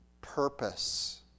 purpose